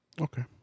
Okay